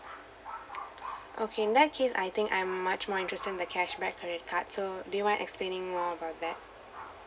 okay in that case I think I'm much more interested in the cashback credit cards so do you mind explaining more about that